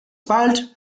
bald